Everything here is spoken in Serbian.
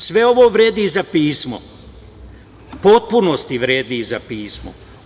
Sve ovo vredi za pismo, u potpunosti vredi za pismo.